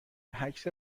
عکس